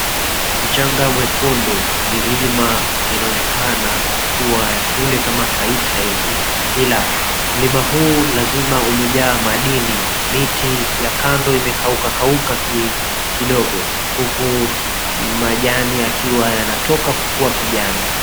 Mchanga mwekundu, milima inaonekana kuwa ya kule kama Taita hivi, ila mlima huu lazima umejaa madini. Miti ya kando imekaukakauka kidogo huku majani yakiwa yanatoka kwa kijani.